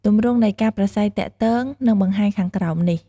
ទម្រង់នៃការប្រាស្រ័យទាក់ទងនិងបង្ហាញខាងក្រោមនេះ។